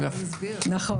אפשר